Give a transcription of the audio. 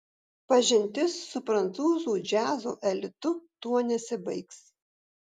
pažintis su prancūzų džiazo elitu tuo nesibaigs